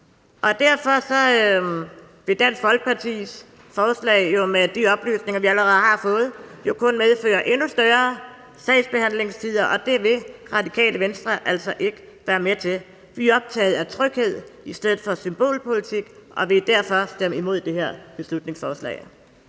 Derfor vil Dansk Folkepartis forslag med de oplysninger, vi allerede har fået, kun medføre endnu længere sagsbehandlingstider, og det vil Det Radikale Venstre altså ikke være med til. Vi er optaget af tryghed i stedet for symbolpolitik, og vi vil derfor stemme imod det her beslutningsforslag.